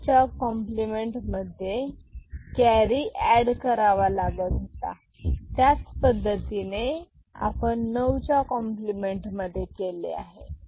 दोनच्या कॉम्प्लिमेंट मध्ये carry add करावा लागत होता त्याच पद्धतीने आपण नऊच्या कॉम्प्लिमेंट मध्ये केले आहे